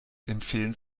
empfehlen